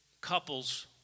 couples